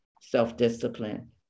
self-discipline